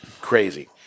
Crazy